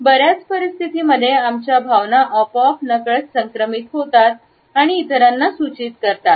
बर्याच परिस्थितींमध्ये आमच्या भावना आपोआप नकळत संक्रमित होतात आणि इतरांना सुचित करतात